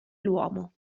l’uomo